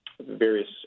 various